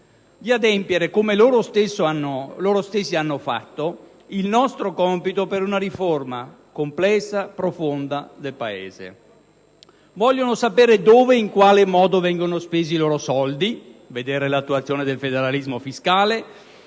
di adempiere, come loro stessi hanno fatto, il nostro compito per una riforma complessa e profonda del Paese. Vogliono sapere dove e in quale modo vengono spesi i loro soldi, vedere l'attuazione del federalismo fiscale,